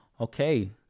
Okay